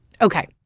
Okay